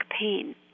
pain